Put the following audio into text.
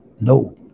No